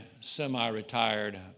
semi-retired